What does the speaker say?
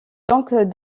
donc